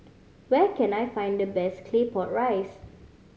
where can I find the best Claypot Rice